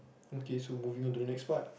okay so moving on to the next part